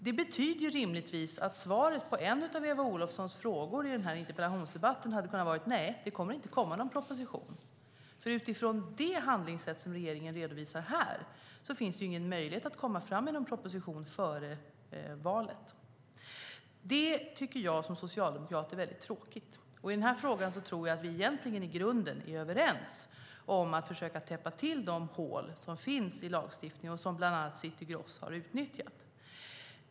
Det betyder rimligtvis att svaret på en av Eva Olofssons frågor i den här interpellationsdebatten kunde ha varit att nej, det kommer inte att komma någon proposition, för utifrån det handlingssätt som regeringen här redovisar finns det ingen möjlighet att lägga fram en proposition före valet. Det tycker jag som socialdemokrat är mycket tråkigt. Jag tror att vi i den här frågan egentligen i grunden är överens om att försöka täppa till de hål som finns i lagstiftningen och som bland annat City Gross har utnyttjat.